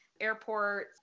airport